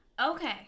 Okay